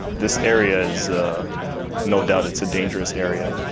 this area is no doubt, it's a dangerous area.